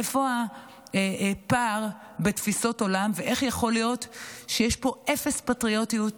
איפה הפער בתפיסות עולם ואיך יכול להיות שיש פה אפס פטריוטיות,